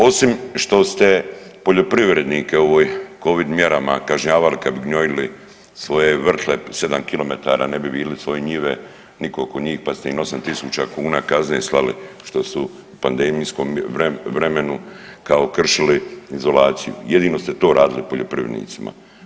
Osim što ste poljoprivrednike u ovim Covid mjerama kažnjavali kad bi gnojili svoje vrtle 7 kilometara, ne bi vidli svoje njive, ni koliko njih pa ste im 8 tisuća kuna kazne slali što su u pandemijskom vremenu kao kršili izolaciju, jedino ste to radili poljoprivrednicima.